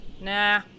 Nah